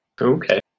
Okay